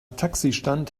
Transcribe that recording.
taxistand